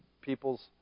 people's